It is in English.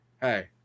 Hey